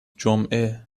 جمعه